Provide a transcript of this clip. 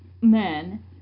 men